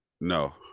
no